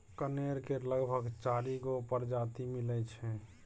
कनेर केर लगभग चारि गो परजाती मिलै छै